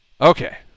Okay